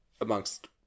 amongst